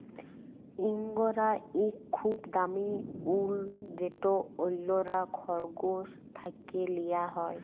ইঙ্গরা ইক খুব দামি উল যেট অল্যরা খরগোশ থ্যাকে লিয়া হ্যয়